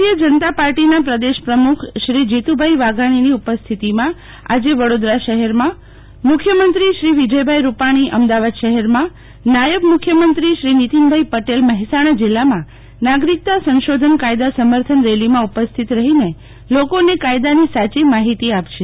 ભારતીય જનતા પાર્ટીના પ્રદેશ પ્રમુખ શ્રી જીતુભાઇ વાઘાણીની ઉપસ્થિતીમાં આજ ા વડોદરા શહેરમાં મુખ્યમંત્રી શ્રી વિજયભાઇ રૂપાણી અમદાવાદ શહેરમાં નાયબ મુખ્યમંત્રી શ્રી નિતિનભાઇ પટેલ મહેસાણા જીલ્લામાં નાગરિકતા સંશોધન કાયદા સમર્થન રેલીમાં ઉપસ્થિત રહીને લોકોને કાયદાની સાચી માહિતી આપશે